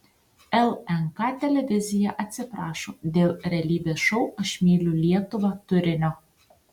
lnk televizija atsiprašo dėl realybės šou aš myliu lietuvą turinio